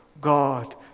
God